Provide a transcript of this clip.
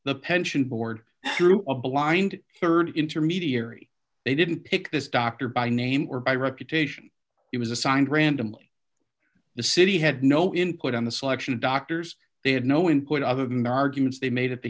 the pension board through a blind rd intermediary they didn't pick this doctor by name or by reputation it was assigned randomly the city had no input on the selection of doctors they had no input other than the arguments they made at the